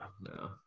no